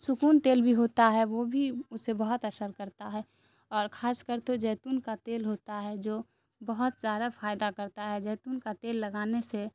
سکون تیل بھی ہوتا ہے وہ بھی اسے بہت اثر کرتا ہے اور خاص کر تو زیتون کا تیل ہوتا ہے جو بہت سارا فائدہ کرتا ہے زیتون کا تیل لگانے سے